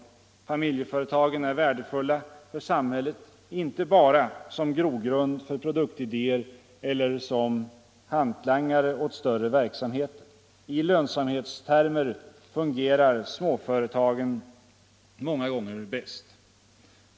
Torsdagen den Familjeföretagen är värdefulla för samhället inte bara som grogrund för 5 december 1974 produktidéer eller som ”hantlangare” åt större verksamheter: i lönsamhetstermer fungerar småföretagen många gånger bäst.